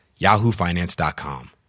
yahoofinance.com